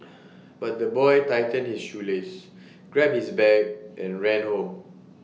but the boy tightened his shoelaces grabbed his bag and ran home